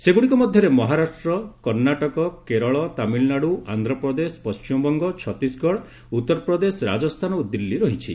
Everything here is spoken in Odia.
ସେଗୁଡ଼ିକ ମଧ୍ୟରେ ମହାରାଷ୍ଟ୍ର କର୍ଣ୍ଣାଟକ କେରଳ ତାମିଲନାଡୁ ଆନ୍ଧ୍ରପ୍ରଦେଶ ପଶ୍ଚିମବଙ୍ଗ ଛତିଶଗଡ଼ ଉତ୍ତରପ୍ରଦେଶ ରାଜସ୍ଥାନ ଓ ଦିଲ୍ଲୀ ରହିଛି